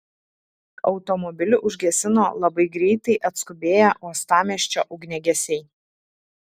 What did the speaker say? automobilį užgesino labai greitai atskubėję uostamiesčio ugniagesiai